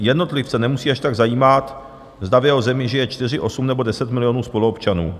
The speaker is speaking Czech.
Jednotlivce nemusí až tak zajímat, zda v jeho zemi žije 4, 8 nebo 10 milionů spoluobčanů.